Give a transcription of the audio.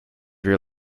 your